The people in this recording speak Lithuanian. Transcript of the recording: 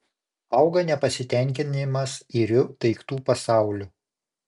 auga nepasitenkinimas iriu daiktų pasauliu